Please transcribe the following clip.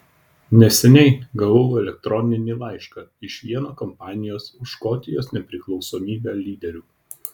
neseniai gavau elektroninį laišką iš vieno kampanijos už škotijos nepriklausomybę lyderių